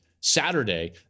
Saturday